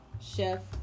Chef